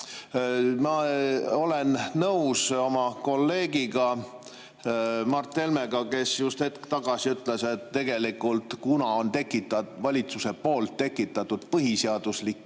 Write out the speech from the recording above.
ma olen nõus oma kolleegi Mart Helmega, kes just hetk tagasi ütles, et kuna on valitsuse tekitatud põhiseaduslik